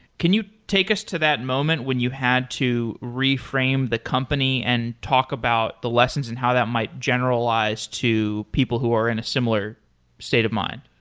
can you take us to that moment when you had to reframe the company and talk about the lessons and how that might generalize to people who are in a similar state of mind?